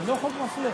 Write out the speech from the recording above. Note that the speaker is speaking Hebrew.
זה לא חוק מפלה.